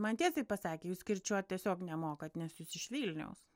man tiesiai pasakė jūs kirčiuot tiesiog nemokat nes jūs iš vilniaus